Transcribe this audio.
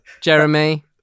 Jeremy